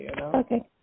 Okay